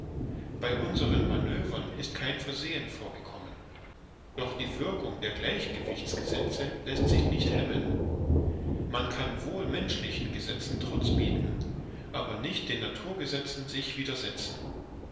bei unseren manövern ist kein versehen vorgekommen doch die wirkung der gleichgewichtsgesetze läßt sich nicht hemmen man kann wohl menschlichen gesetzen trotz bieten aber nicht den naturgesetzen sich widersetzen